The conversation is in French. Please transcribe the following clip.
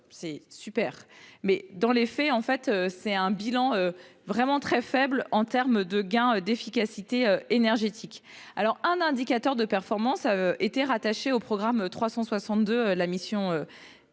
c'est super ! Mais, dans les faits, le bilan est vraiment très faible en termes de gains d'efficacité énergétique. Un indicateur de performance a été rattaché au programme 362, « Écologie